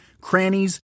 crannies